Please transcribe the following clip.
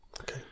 Okay